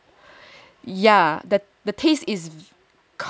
ya the the taste is